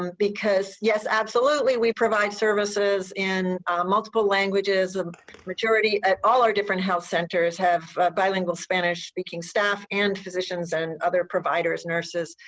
um because yes, absolutely we provide services in multiple languages ah at all our different health centers have bilingual spanish speaking staff and physicians and other providers, nurses.